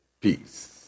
peace